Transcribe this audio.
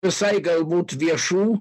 visai galbūt viešų